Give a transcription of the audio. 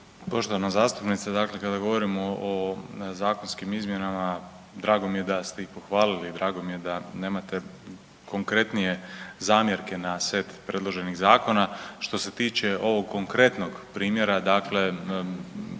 Poštovana zastupnice, dakle kada govorimo o zakonskim izmjenama, drago mi je da ste ih pohvalili i drago mi je da nemate konkretnije zamjerke na set predloženih zakona. Što se tiče ovog konkretnog primjera, dakle